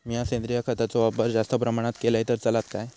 मीया सेंद्रिय खताचो वापर जास्त प्रमाणात केलय तर चलात काय?